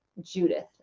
Judith